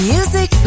Music